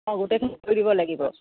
অঁ গোটেইখন কৰি দিব লাগিব